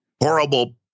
horrible